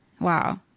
Wow